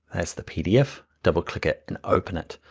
that's the pdf. double click it and open it,